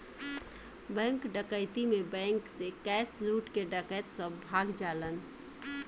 bank डकैती में bank से कैश लूट के डकैत सब भाग जालन